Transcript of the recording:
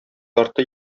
ярты